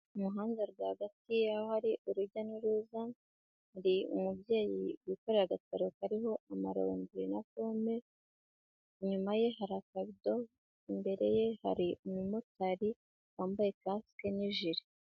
Umuhanda rwagati aho hari urujya n'uruza. Ndi umubyeyi wikoreye agataro kariho amaronji na pome. Inyuma ye hari akabido, imbere ye hari umumotari, wambaye kasike n'ijire.